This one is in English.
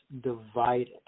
divided